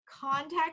contact